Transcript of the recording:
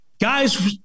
Guys